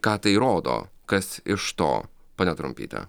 ką tai rodo kas iš to pone trumpyte